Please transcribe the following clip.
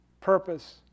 purpose